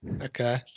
okay